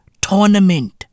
tournament